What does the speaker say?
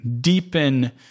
deepen